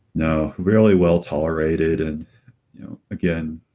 no, rarely well tolerated. and again,